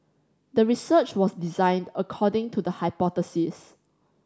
the research was designed according to the hypothesis